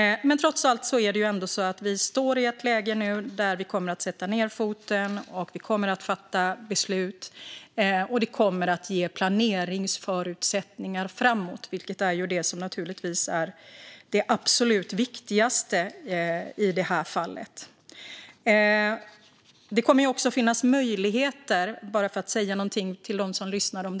Trots allt står vi nu i ett läge där vi kommer att sätta ned foten och fatta beslut. Det kommer att ge planeringsförutsättningar framöver, vilket naturligtvis är det absolut viktigaste i detta fall. Jag vill också säga något till dem som lyssnar för att höra något om den fortsatta processen.